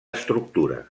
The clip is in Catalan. estructura